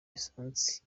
essence